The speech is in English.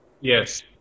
Yes